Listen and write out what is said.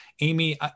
Amy